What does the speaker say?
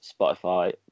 Spotify